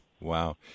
Wow